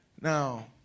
Now